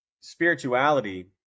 spirituality